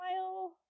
smile